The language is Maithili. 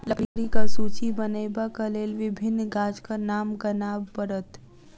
लकड़ीक सूची बनयबाक लेल विभिन्न गाछक नाम गनाब पड़त